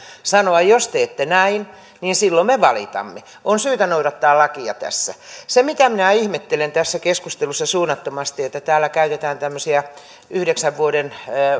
sanoa että jos teette näin niin silloin me valitamme on syytä noudattaa lakia tässä minä ihmettelen tässä keskustelussa suunnattomasti että täällä käytetään tämmöisiä yhdeksän vuoden